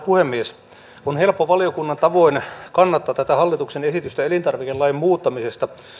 puhemies on helppo valiokunnan tavoin kannattaa tätä hallituksen esitystä elintarvikelain muuttamisesta